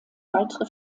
weitere